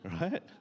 right